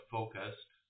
Focused